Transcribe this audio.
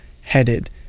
headed